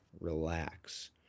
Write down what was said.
Relax